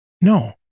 No